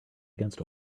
against